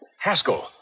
Haskell